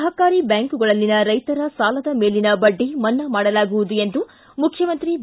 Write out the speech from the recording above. ಸಹಕಾರಿ ಬ್ಯಾಂಕುಗಳಲ್ಲಿನ ರೈತರ ಸಾಲದ ಮೇಲಿನ ಬಡ್ಡಿ ಮನ್ನಾ ಮಾಡಲಾಗುವುದು ಎಂದು ಮುಖ್ಯಮಂತ್ರಿ ಬಿ